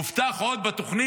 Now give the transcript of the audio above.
עוד הובטח בתוכנית,